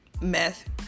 Meth